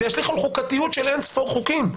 זה ישליך על חוקתיות של אינספור חוקים.